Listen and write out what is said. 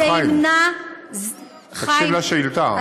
חיים, תקשיב לשאילתה.